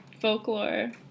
folklore